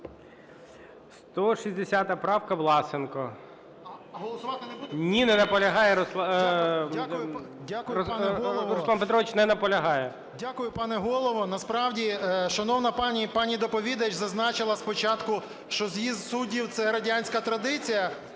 Насправді, шановна пані доповідач зазначила спочатку, що з'їзд суддів – це радянська традиція.